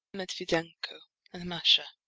medviedenko, and masha.